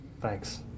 thanks